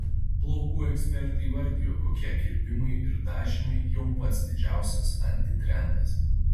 plaukų ekspertė įvardijo kokie kirpimai ir dažymai jau pats didžiausias antitrendas